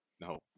no